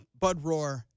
Budroar